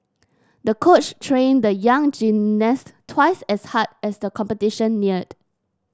the coach trained the young gymnast twice as hard as the competition neared